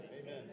Amen